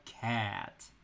cat